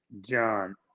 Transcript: John